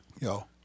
yo